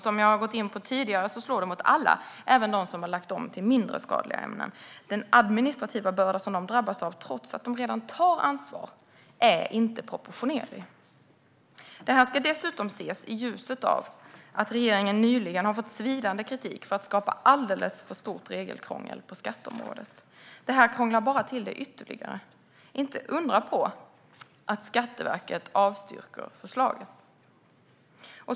Som jag gått in på tidigare slår det mot alla och även dem som lagt om till mindre skadliga ämnen. Den administrativa börda som de drabbas av trots att de redan tar ansvar är inte proportionerlig. Det här ska dessutom ses i ljuset av att regeringen nyligen har fått svidande kritik för att skapa alldeles för stort regelkrångel på skatteområdet. Det här krånglar bara till det ytterligare. Inte undra på att Skatteverket avstyrker förslaget.